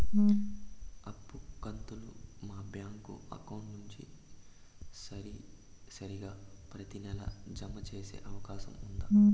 అప్పు కంతులు మా బ్యాంకు అకౌంట్ నుంచి సరాసరి ప్రతి నెల జామ సేసే అవకాశం ఉందా?